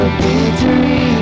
victory